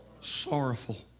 Sorrowful